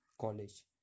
college